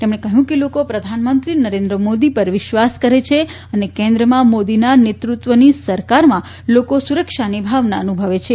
તેમણે કહ્યું કે લોકો પ્રધાનમંત્રી નરેન્દ્રમોદી પર વિશ્વાસ કરે છે અને કેન્દ્રમાં મોદીના નેત્રત્વની સરકારમાં લોકો સુરક્ષિત ભાવના અનુભવે છે